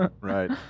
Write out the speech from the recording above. Right